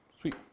Sweet